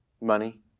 Money